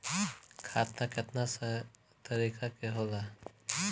खाता केतना तरीका के होला?